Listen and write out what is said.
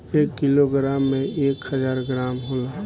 एक किलोग्राम में एक हजार ग्राम होला